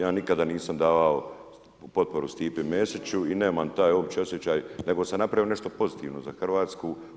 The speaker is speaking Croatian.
Ja nikada nisam davao potporu Stipi Mesiću i nemam taj uopće osjećaj, nego sam napravio nešto pozitivno za Hrvatsku.